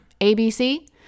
ABC